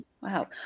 wow